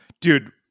dude